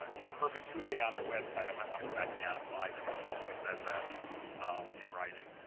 ah in perpetuity on our website. i might want to go back and add a slide that explicitly says that in writing.